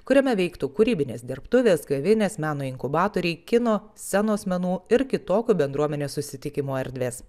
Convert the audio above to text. kuriame veiktų kūrybinės dirbtuvės kavinės meno inkubatoriai kino scenos menų ir kitokių bendruomenės susitikimų erdvės